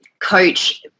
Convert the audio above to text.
coach